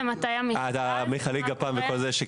האחרונה,